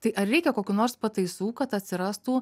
tai ar reikia kokių nors pataisų kad atsirastų